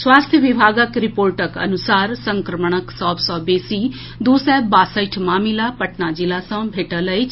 स्वास्थ्य विभागक रिपोर्टक अनुसार संक्रमणक सभ सॅ बेसी दू सय बासठि मामिला पटना जिला सॅ भेटल अछि